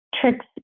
tricks